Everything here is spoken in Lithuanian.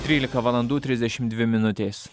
trylika valandų trisdešimt dvi minutės